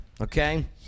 okay